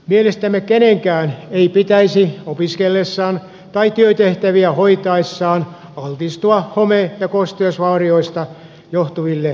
mielestämme kenenkään ei pitäisi opiskellessaan tai työtehtäviä hoitaessaan altistua home ja kosteusvaurioista johtuville terveysriskeille